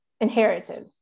inherited